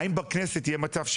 האם בכנסת יהיה מצב,